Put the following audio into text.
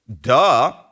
Duh